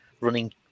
running